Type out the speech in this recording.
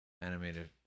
Animated